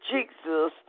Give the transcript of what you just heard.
Jesus